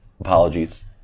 apologies